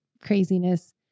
craziness